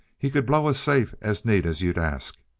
he could blow a safe as neat as you'd ask.